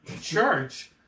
Church